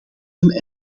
een